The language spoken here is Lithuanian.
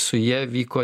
su ja vyko